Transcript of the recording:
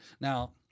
Now